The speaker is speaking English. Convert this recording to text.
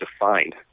defined